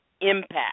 impact